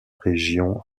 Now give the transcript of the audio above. région